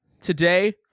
today